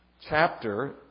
chapter